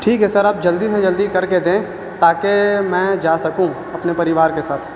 ٹھیک ہے سر آپ جلدی سے جلدی کر کے دیں تاکہ میں جا سکوں اپنے پریوار کے ساتھ